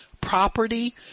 property